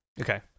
okay